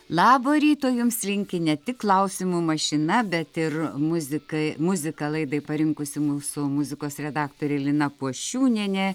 labo ryto jums linki ne tik klausimų mašina bet ir muzika muziką laidai parinkusi mūsų muzikos redaktorė lina pošiūnienė